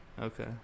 Okay